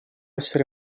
essere